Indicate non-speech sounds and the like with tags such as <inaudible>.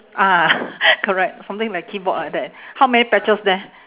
ah <laughs> correct something like keyboard like that how many patches there